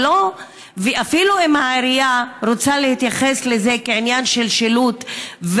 ואפילו אם העירייה רוצה להתייחס לזה כאל עניין של שילוט,